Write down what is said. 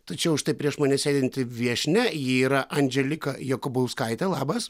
tačiau štai prieš mane sėdinti viešnia yra andželika jakubauskaitė labas